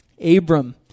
abram